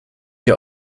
wir